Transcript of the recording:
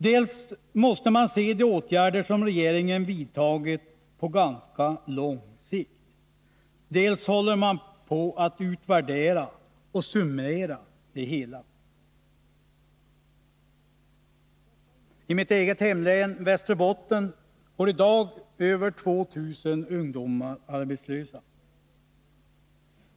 Dels måste, enligt svaret, de åtgärder som regeringen vidtagit ses på ganska lång sikt, dels håller man på att utvärdera och summera de vidtagna åtgärderna. I mitt eget hemlän, Västerbotten, går i dag över 2000 ungdomar arbetslösa.